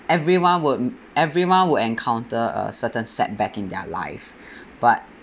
everyone would everyone would encounter a certain setback in their life but